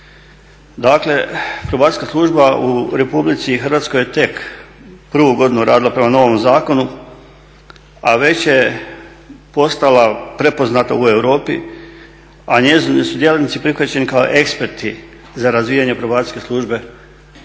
Dakle Probacijska služba u RH je tek prvu godinu radila prema novom zakonu, a već je postala prepoznata u Europi, a njezini su djelatnici prihvaćeni kao eksperti za razvijanje probacijske služe u